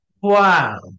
Wow